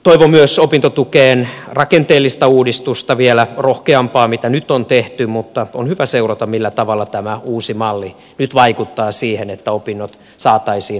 toivon myös opintotukeen rakenteellista uudistusta vielä rohkeampaa kuin nyt on tehty mutta on hyvä seurata millä tavalla tämä uusi malli nyt vaikuttaa siihen että opinnot saataisiin nopeammin maaliin